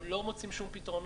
הם לא מוצאים שום פתרונות.